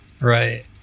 right